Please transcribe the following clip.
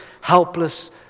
helpless